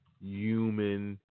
human